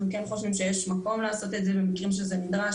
אנחנו כן חושבים שיש מקום לעשות את זה במקרים שזה נדרש,